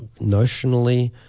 notionally